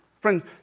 Friends